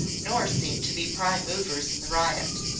nor seem to be prime movers in the riot.